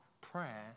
Prayer